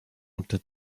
unter